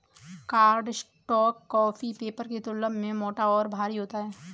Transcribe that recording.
cardstock copy paper की तुलना में मोटा और भारी होता है